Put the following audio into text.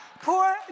Poor